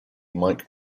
mike